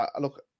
look